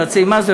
יועצי מס,